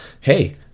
hey